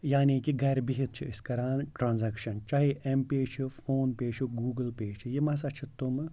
یعنی کہِ گَرِ بِہِتھ چھِ أسۍ کَران ٹرٛانزیکشَن چاہے ایم پے چھُ فون پے چھُ گوٗگٕل پے چھِ یِم ہَسا چھِ تُمہٕ